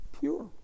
Pure